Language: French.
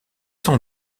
sans